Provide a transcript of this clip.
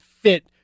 fit